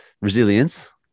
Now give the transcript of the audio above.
resilience